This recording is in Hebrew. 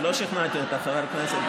עוד לא שכנעתי אותה.